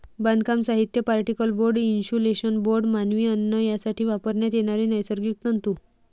बांधकाम साहित्य, particle board, insulation board, मानवी अन्न यासाठी वापरण्यात येणारे नैसर्गिक तंतू